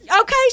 okay